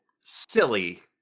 silly